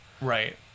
Right